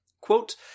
Quote